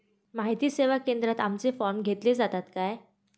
माहिती सेवा केंद्रात आमचे फॉर्म घेतले जातात काय?